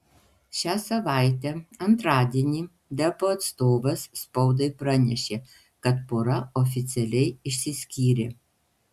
šią savaitę antradienį deppo atstovas spaudai pranešė kad pora oficialiai išsiskyrė